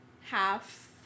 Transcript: half